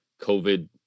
COVID